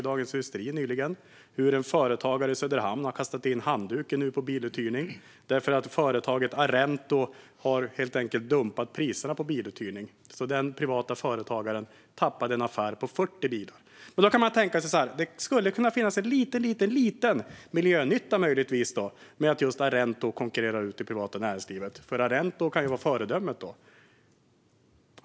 I Dagens industri har vi nyligen kunnat läsa hur en företagare i Söderhamn fick kasta in handduken när det gäller biluthyrning för att företaget Arento helt enkelt har dumpat priserna. Den privata företagaren tappade en affär om 40 bilar. Då kunde man tänka att det möjligtvis skulle kunna finnas en liten miljönytta med att Arento konkurrerar ut det privata näringslivet, för Arento skulle kunna vara ett föredöme.